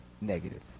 negative